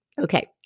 okay